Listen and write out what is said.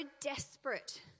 desperate